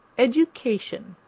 education,